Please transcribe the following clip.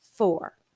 Four